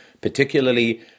particularly